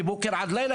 מבוקר עד לילה,